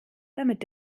damit